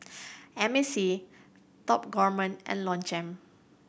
M A C Top Gourmet and Longchamp